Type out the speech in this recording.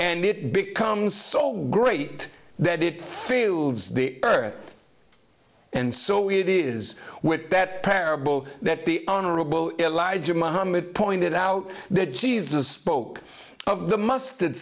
and it becomes so great that it feels the earth and so it is with bet parable that the honorable elijah muhammad pointed out that jesus spoke of the mustard